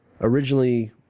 originally